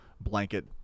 blanket